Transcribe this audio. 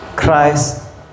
Christ